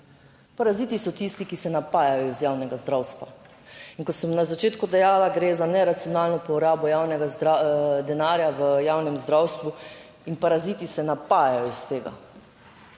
Paraziti so tisti, ki se napajajo iz javnega zdravstva. In kot sem na začetku dejala, gre za neracionalno porabo javnega denarja v javnem zdravstvu in paraziti se napajajo iz tega.